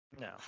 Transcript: No